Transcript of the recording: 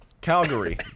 Calgary